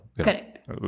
Correct